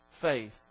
faith